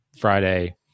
Friday